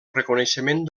reconeixement